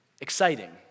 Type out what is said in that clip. exciting